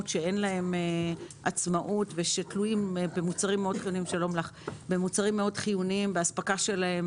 שאין להן עצמאות ושתלויות במוצרים חיוניים באספקה שלהם,